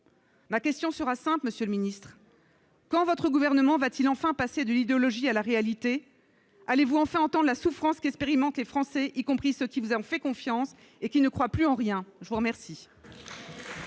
Ma question sera simple, monsieur le ministre : quand votre gouvernement va-t-il enfin passer de l'idéologie à la réalité ? Allez-vous enfin entendre la souffrance qu'expérimentent les Français, y compris ceux qui vous avaient fait confiance et qui ne croient plus en rien ? La parole